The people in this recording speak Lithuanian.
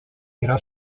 yra